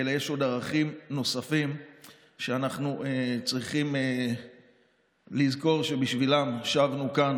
אלא יש ערכים נוספים שאנחנו צריכים לזכור שבשבילם שבנו לכאן,